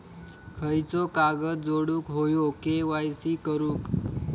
खयचो कागद जोडुक होयो के.वाय.सी करूक?